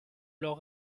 leurs